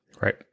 Right